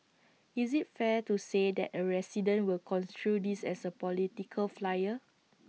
is IT fair to say that A resident will construe this as A political flyer